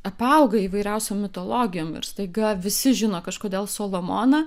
apauga įvairiausiom mitologijom ir staiga visi žino kažkodėl solomoną